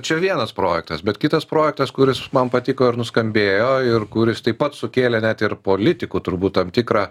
čia vienas projektas bet kitas projektas kuris man patiko ir nuskambėjo ir kuris taip pat sukėlė net ir politikų turbūt tam tikrą